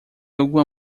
alguma